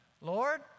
Lord